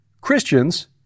Christians